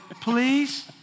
please